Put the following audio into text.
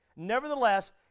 Nevertheless